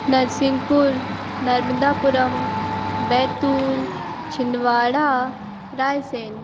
Narsinghpur Narmadapuram Betul Chhindwara Raisen